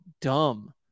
dumb